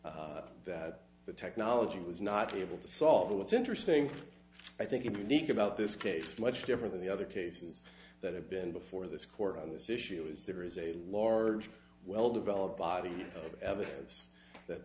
the that the technology was not able to solve or what's interesting i think unique about this case much different than the other cases that have been before this court on this issue is there is a large well developed body of evidence that